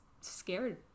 scared